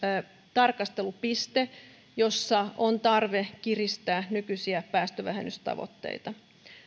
tarkastelupiste jossa on tarve kiristää nykyisiä päästövähennystavoitteita